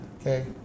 okay